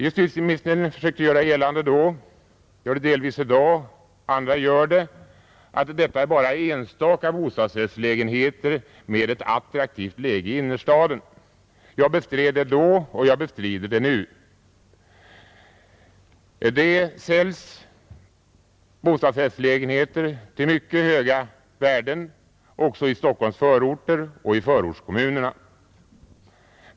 Justitieministern försökte vid det tillfället göra gällande — han gör det delvis i dag, och andra gör det också — att detta bara gäller enstaka bostadsrättslägenheter med ett attraktivt läge i innerstaden. Jag bestred det då och bestrider det nu. Det säljs bostadsrättslägenheter till mycket höga värden också i Stockholms förorter och i förortskommunerna.